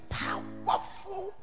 powerful